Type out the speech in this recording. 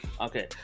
Okay